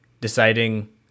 deciding